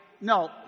No